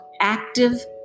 active